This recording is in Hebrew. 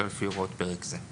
אלא לפי הוראות פרק זה".